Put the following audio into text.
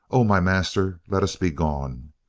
o my master. let us be gone!